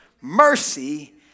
mercy